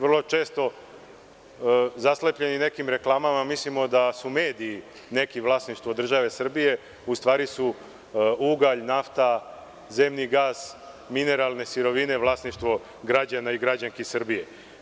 Vrlo često, zaslepljeni nekim reklamama, mislimo da su neki mediji vlasništvo države Srbije, a u stvari su ugalj, nafta, zemni gas i mineralne sirovine vlasništvo građana i građanki Srbije.